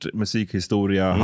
musikhistoria